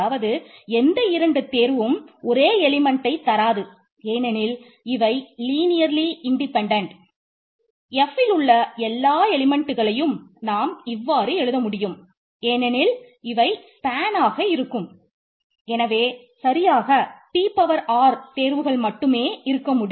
அதாவது எந்த 2 தேர்வும் ஒரே எலிமெண்ட்டை r